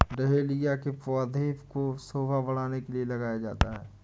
dahlia के पौधे को शोभा बढ़ाने के लिए लगाया जाता है